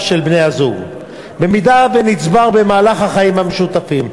של בני-הזוג במידה שנצבר במהלך החיים המשותפים.